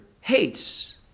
hates